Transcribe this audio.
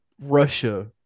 Russia